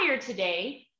today